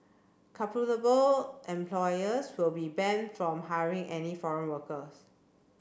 culpable employers will be banned from hiring any foreign workers